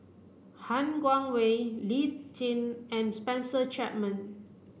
Han Guangwei Lee Tjin and Spencer Chapman